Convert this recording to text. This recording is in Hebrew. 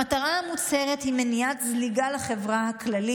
המטרה המוצהרת היא מניעת זליגה לחברה הכללית,